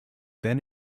then